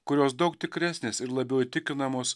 kurios daug tikresnis ir labiau įtikinamos